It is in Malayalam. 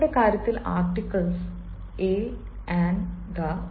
അതിനാൽ ഞങ്ങളുടെ കാര്യത്തിൽ ആർട്ടിക്കിൾസ് a an the